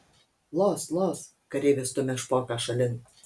los los kareivis stumia špoką šalin